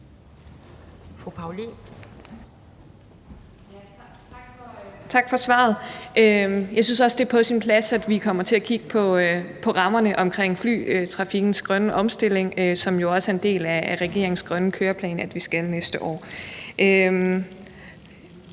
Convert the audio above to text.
Tak for svaret. Jeg synes også, det er på sin plads, at vi kommer til at kigge på rammerne omkring flytrafikkens grønne omstilling, hvilket jo også er en del af regeringens grønne køreplan at vi skal næste år.